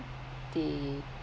they